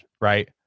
right